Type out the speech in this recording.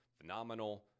phenomenal